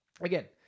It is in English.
again